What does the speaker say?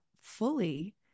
fully